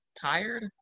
tired